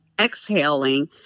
exhaling